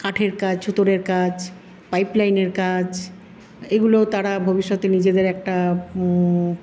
কাঠের কাজ ছুতোরের কাজ পাইপলাইনের কাজ এগুলো তারা ভবিষ্যতে নিজেদের একটা